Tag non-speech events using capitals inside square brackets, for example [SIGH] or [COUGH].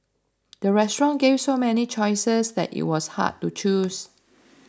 the restaurant gave so many choices that it was hard to choose [NOISE]